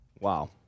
Wow